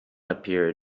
appeared